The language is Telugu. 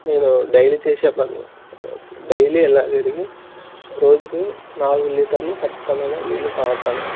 నేను డైలీ చేసే పనులు డైలీ ఎలా తిరిగి రోజుకి నాలుగు లీటర్లు ఖచ్చితమైన నీళ్ళు తాగుతాను